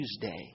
Tuesday